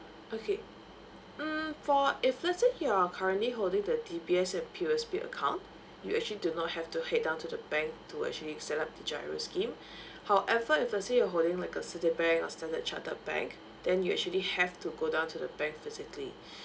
okay mm for if let's say you're currently holding the D_B_S and P_O_S_B account you actually do not have to head down to the bank to actually set up the giro scheme however if let's say you're holding like uh citibank or standard chartered bank then you actually have to go down to the bank facility